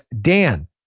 Dan